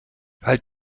halt